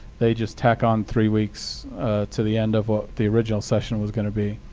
they just tack on three weeks to the end of what the original session was going to be.